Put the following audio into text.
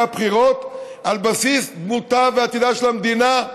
הבחירות על בסיס דמותה ועתידה של המדינה,